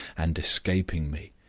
and escaping me.